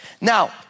Now